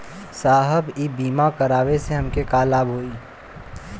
साहब इ बीमा करावे से हमके का लाभ होई?